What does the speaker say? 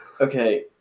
Okay